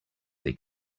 they